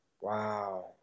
Wow